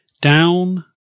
down